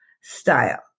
style